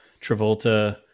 Travolta